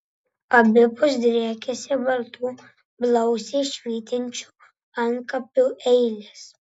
abipus driekėsi baltų blausiai švytinčių antkapių eilės